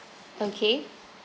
okay